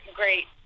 great